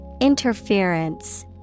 Interference